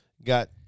Got